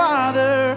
Father